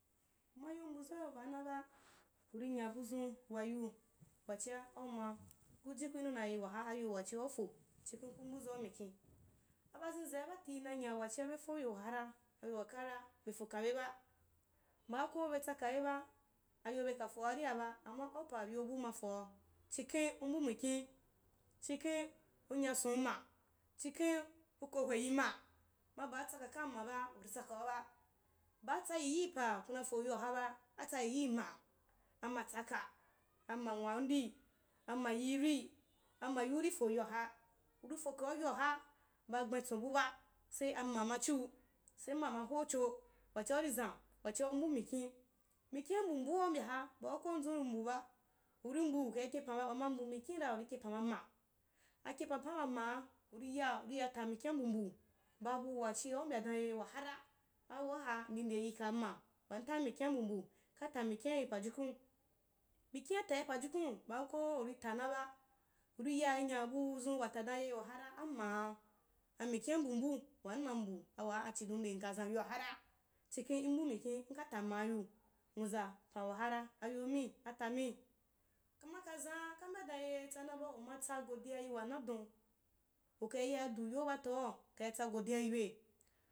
Nmayi nwavzav baauaba, uri nya buzuu wayiiu wachia auma kuji kunu dan ayo wachia ufo, chikheui ku mbu zau mikia, abuzhezau baati nai. nyya wachia befo yo wa’ara ayo wakara be kabeba, baako betsabeba ayobe kai foariaba, amma aupa yo ba mafoa, chikhen u mba mikia, chikhen u nyasonma, chikhen u nyasonma, ma baa tsakaka maba, uri tsakauba, baa tsayiyipa kunafo ynakaba, atsayiyima, amatsaka, amanwandi, amayiri, amauriko yoaha, urikokau yoaka ba gbentsoububa, se ama machiu, se ma ma hacho, wachia urizan, wachia u mbu mikin, mikina mbu mbua u mibyaha baako nzyn uri mbuba, uri mbu ukai kepan ba-umai mbu mikiu’ira ukai kepan ba ma, akepanpan ba ma’a uri ya, uri yai ta mikiu’a my mbu babu wachia u mbya dan ehh wachihara, awaha ndi nde yikama, wachia nta mikiu’a, mbu mbu, nkata mikin’ayi pajukun, mikin’a tayi pajukuu baa koo uri ta naba, uri yai nya buzun wata dau eh wahara amaa amikiu’a mbu mbu wan na mbu awa achidon ndem k azan yoa hara. Chikheu mbu mikin nka ta amaa yiu, nwuza, pan wahara, ayomi atami, kama ka zhu’a ka mbye dau ehh tsanaba, umatsa godiya yi wanadou ukai yaidu yo ba tau ukatsa godiya yibe